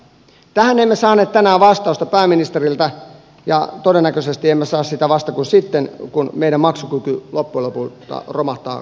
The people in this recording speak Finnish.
tähän emme saaneet tänään vastausta pääministeriltä ja todennäköisesti emme saa sitä ennen kuin sitten kun meidän maksukykymme loppujen lopulta romahtaa kokonaisuudessaan